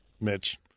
Mitch